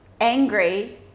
angry